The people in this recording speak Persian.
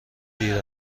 دیر